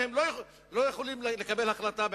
והם לא יכולים לקבל החלטה בעניין.